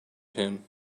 him